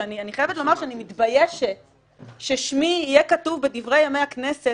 שאני חייבת לומר שאני מתביישת ששמי יהיה כתוב בדברי ימי הכנסת